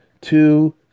two